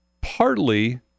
Partly